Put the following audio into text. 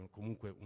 comunque